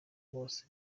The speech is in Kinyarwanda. bose